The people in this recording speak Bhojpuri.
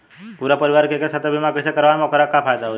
पूरा परिवार के एके साथे बीमा कईसे करवाएम और ओकर का फायदा होई?